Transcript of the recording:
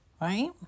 Right